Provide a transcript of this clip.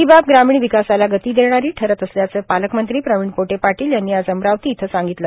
ही बाब ग्रामीण विकासाला गती देणारी ठरत असल्याचे पालकमंत्री प्रवीण पोटे पाटील यांनी आज अमरावती इथ सांगितले